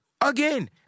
Again